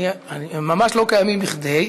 הם ממש לא קיימים כדי,